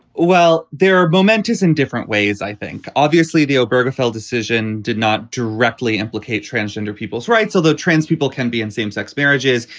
well, there are momentous and different ways. i think obviously the oberg afl decision did not directly implicate transgender people's rights, although trans people can be in same sex marriages.